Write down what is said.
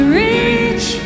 reach